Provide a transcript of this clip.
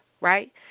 right